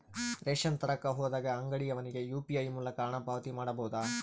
Ration ತರಕ ಹೋದಾಗ ಅಂಗಡಿಯವನಿಗೆ ಯು.ಪಿ.ಐ ಮೂಲಕ ಹಣ ಪಾವತಿ ಮಾಡಬಹುದಾ?